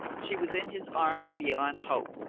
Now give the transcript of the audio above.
she was in his arms beyond hope,